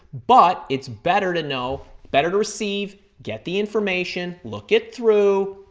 but it's better to know, better to receive, get the information, look it through,